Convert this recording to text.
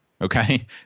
Okay